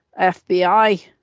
FBI